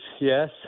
Yes